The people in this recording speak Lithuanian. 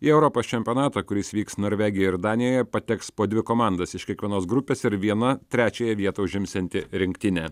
į europos čempionatą kuris vyks norvegijoje ir danijoje pateks po dvi komandas iš kiekvienos grupės ir viena trečiąją vietą užimsianti rinktinė